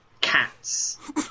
cats